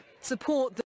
Support